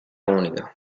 unica